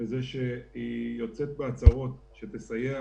וזה שהיא יוצאת בהצהרות שתסייע